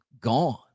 Gone